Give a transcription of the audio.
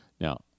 Now